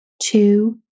two